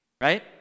Right